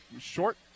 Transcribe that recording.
short